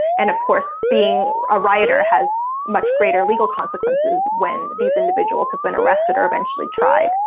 and of course, being a rioter has much greater legal consequences when these individuals have been arrested or eventually tried.